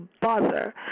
bother